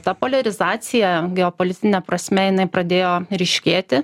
ta poliarizacija geopolitine prasme jinai pradėjo ryškėti